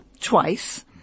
twice